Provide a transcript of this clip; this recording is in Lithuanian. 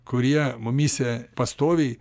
kurie mumyse pastoviai